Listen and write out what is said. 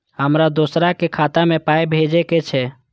हमरा दोसराक खाता मे पाय भेजे के छै?